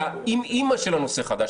זה האים-אימא של הנושא החדש.